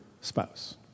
spouse